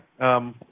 Okay